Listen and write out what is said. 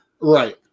Right